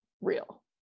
real